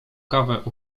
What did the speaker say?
kawę